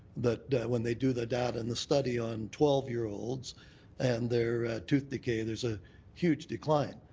that when they do the data and the study on twelve year olds and their tooth decay, there's a huge decline.